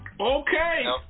Okay